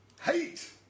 Hate